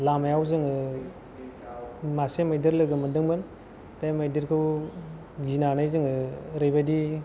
लामायाव जोङो मासे मैदेर लोगो मोनदोंमोन बे मैदेरखौ गिनानै जोङो ओरैबायदि